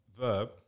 Verb